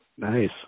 Nice